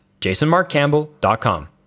jasonmarkcampbell.com